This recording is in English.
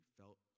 felt